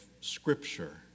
scripture